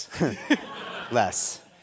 less